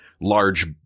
large